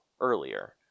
earlier